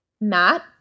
Matt